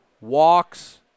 walks